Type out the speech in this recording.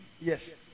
yes